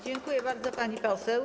Dziękuję bardzo, pani poseł.